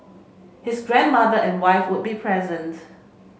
his grandmother and wife would be present